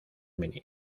mini